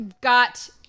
got